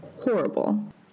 horrible